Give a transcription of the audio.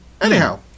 Anyhow